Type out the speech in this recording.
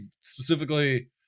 specifically